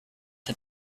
had